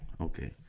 okay